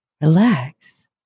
Relax